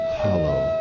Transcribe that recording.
hollow